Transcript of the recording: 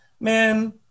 man